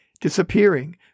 Disappearing